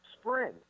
spring